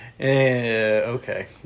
okay